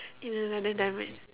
in another dimen~